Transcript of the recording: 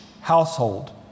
household